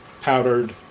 powdered